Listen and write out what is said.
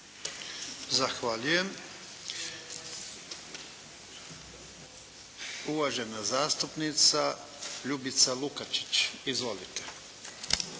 Zahvaljujem. Uvažena zastupnica Ljubica Lukačić. Izvolite.